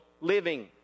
living